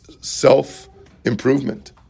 self-improvement